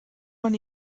man